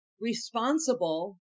responsible